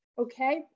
okay